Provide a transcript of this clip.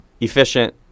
efficient